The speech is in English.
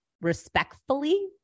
respectfully